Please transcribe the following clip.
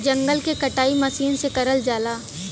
जंगल के कटाई मसीन से करल जाला